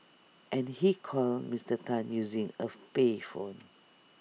and he called Mister Tan using A payphone